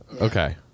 Okay